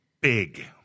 big